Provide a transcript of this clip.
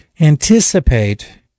anticipate